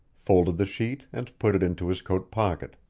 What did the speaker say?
folded the sheet and put it into his coat pocket.